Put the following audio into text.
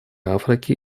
африки